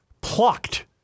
plucked